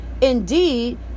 Indeed